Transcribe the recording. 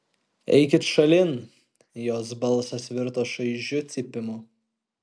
eikit šalin jos balsas virto šaižiu cypimu